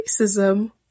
racism